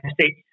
state